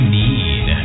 need